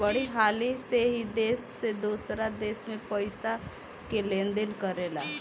बड़ी हाली से ई देश से दोसरा देश मे पइसा के लेन देन करेला